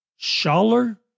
Schaller